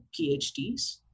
PhDs